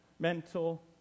mental